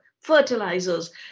fertilizers